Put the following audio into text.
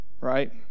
Right